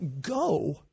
go